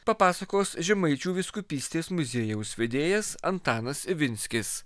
papasakos žemaičių vyskupystės muziejaus vedėjas antanas ivinskis